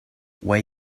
where